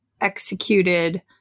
executed